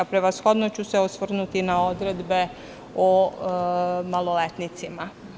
Prevashodno ću se osvrnuti na odredbe o maloletnicima.